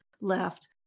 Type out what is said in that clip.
left